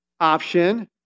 option